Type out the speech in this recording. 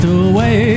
away